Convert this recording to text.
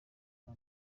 bwa